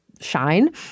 Shine